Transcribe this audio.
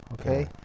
okay